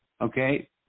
Okay